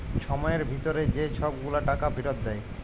ছময়ের ভিতরে যে ছব গুলা টাকা ফিরত দেয়